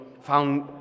found